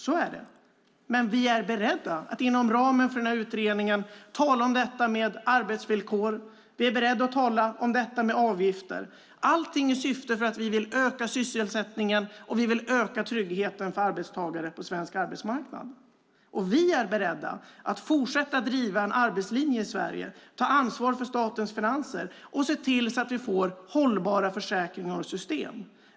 Vi är dock beredda att inom ramen för utredningen tala om arbetsvillkor och avgifter - allt i syfte att öka sysselsättningen och tryggheten för arbetstagarna på svensk arbetsmarknad. Vi är beredda att fortsätta driva en arbetslinje i Sverige, ta ansvar för statens finanser och se till att vi får hållbara försäkringar och system.